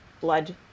blood